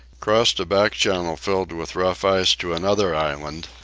crossed a back channel filled with rough ice to another island,